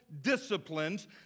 disciplines